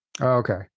okay